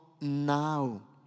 now